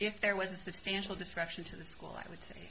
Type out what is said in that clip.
if there was a substantial disruption to the school i would say